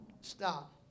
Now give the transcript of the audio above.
stop